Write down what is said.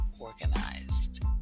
Organized